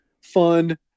fun